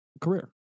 career